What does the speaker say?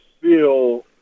feel